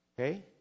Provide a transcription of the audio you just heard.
Okay